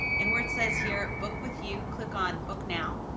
and where it says here, book with you, click on book now